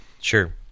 Sure